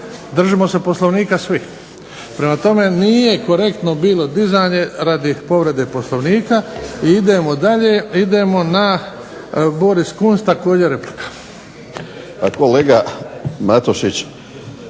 držimo se poslovnika svi. prema tome, nije korektno bilo dizanje radi povrede Poslovnika. Idemo dalje, idemo na Boris Kunst također replika.